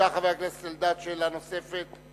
חבר הכנסת אלדד, בבקשה, שאלה נוספת.